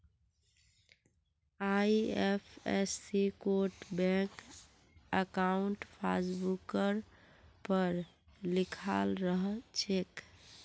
IFSC code bank अंकाउट पासबुकवर पर लिखाल रह छेक